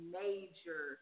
major